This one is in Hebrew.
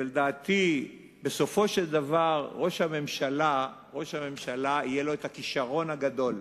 ולדעתי בסופו של דבר לראש הממשלה יהיה הכשרון הגדול,